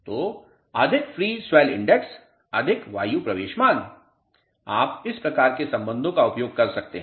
तो अधिक free swell index अधिक वायु प्रवेश मान आप इस प्रकार के संबंधों का उपयोग कर सकते हैं